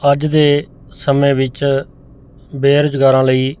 ਅੱਜ ਦੇ ਸਮੇਂ ਵਿੱਚ ਬੇਰੁਜ਼ਗਾਰਾਂ ਲਈ